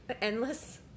Endless